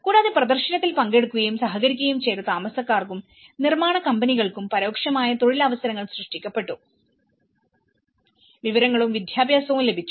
കൂടാതെ പ്രദർശനത്തിൽ പങ്കെടുക്കുകയും സഹകരിക്കുകയും ചെയ്ത താമസക്കാർക്കും നിർമ്മാണ കമ്പനികൾക്കും പരോക്ഷമായ തൊഴിലവസരങ്ങൾ സൃഷ്ടിക്കപ്പെട്ടു വിവരങ്ങളും വിദ്യാഭ്യാസവും ലഭിച്ചു